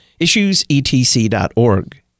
issuesetc.org